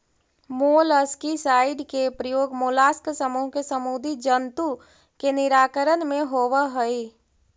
molluscicide के उपयोग mollusc समूह के समुदी जन्तु के निराकरण में होवऽ हई